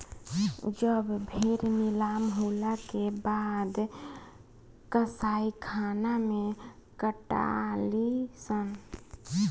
जब भेड़ नीलाम होला के बाद कसाईखाना मे कटाली सन